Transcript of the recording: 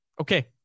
Okay